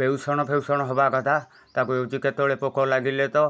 ବେଉଷଣଫେଉଷଣ ହେବା କଥା ତାକୁ ହେଉଛି କେତେବେଳେ ପୋକ ଲାଗିଲେ ତ